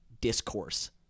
discourse